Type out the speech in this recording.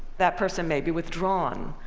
that person may be withdrawn,